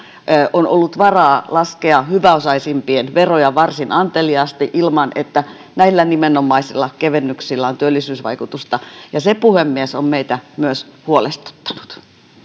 on ollut varaa laskea hyväosaisimpien veroja varsin anteliaasti ilman että näillä nimenomaisilla kevennyksillä on työllisyysvaikutusta ja se puhemies on meitä myös huolestuttanut